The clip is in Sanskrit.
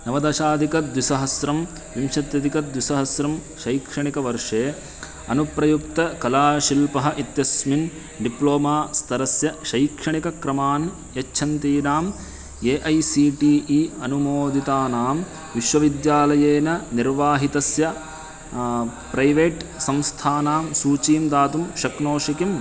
नवदशाधिकद्विसहस्रं विंशत्यधिकद्विसहस्रं शैक्षणिकवर्षे अनुप्रयुक्तकलाशिल्पः इत्यस्मिन् डिप्लोमा स्तरस्य शैक्षणिकक्रमान् यच्छन्तीनां A I C T E अनुमोदितानां विश्वविद्यालयेन निर्वाहितस्य प्रैवेट् संस्थानां सूचीं दातुं शक्नोषि किम्